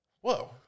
Whoa